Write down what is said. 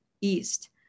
east